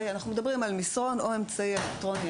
אנחנו מדברים על מסרון או על אמצעי אלקטרוני